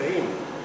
מצביעים על ההצעה?